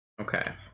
Okay